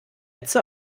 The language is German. sätze